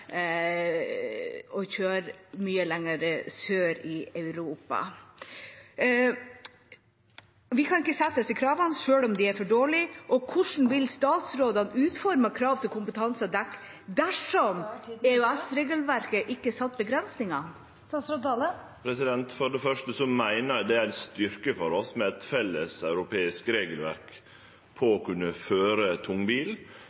å kjøre mye lengre sør i Europa. Vi kan altså ikke sette disse kravene, selv om dette er for dårlig. Hvordan vil statsråden utforme krav til kompetanse og dekk dersom EØS-regelverket ikke har satt begrensninger? For det første meiner eg det er ein styrke for oss å ha eit felleseuropeisk regelverk